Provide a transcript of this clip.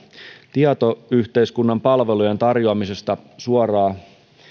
tietoyhteiskunnan palvelujen tarjoamisesta suoraan